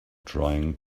trying